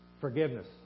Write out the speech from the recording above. Forgiveness